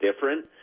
different